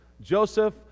Joseph